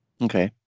okay